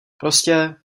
prostě